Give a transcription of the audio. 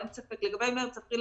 לגבי מרץ-אפריל,